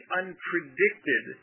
unpredicted